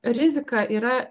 rizika yra